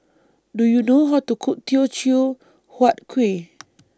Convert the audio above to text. Do YOU know How to Cook Teochew Huat Kueh